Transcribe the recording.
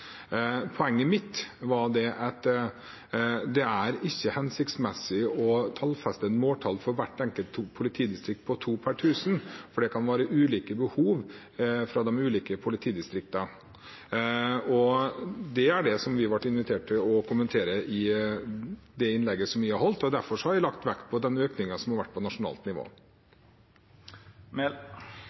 Poenget mitt var at det ikke er hensiktsmessig å tallfeste et måltall for hvert enkelt politidistrikt på to per tusen, for det kan være ulike behov i de ulike politidistriktene. Det er det vi ble invitert til å kommentere i det innlegget jeg har holdt, og derfor har jeg lagt vekt på de økningene som har vært på nasjonalt nivå.